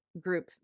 group